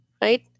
right